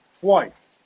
twice